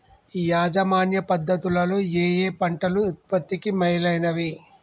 యాజమాన్య పద్ధతు లలో ఏయే పంటలు ఉత్పత్తికి మేలైనవి?